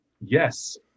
yes